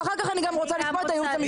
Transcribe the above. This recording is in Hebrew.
ואחר כך אני רוצה לשמוע את הייעוץ המשפטי.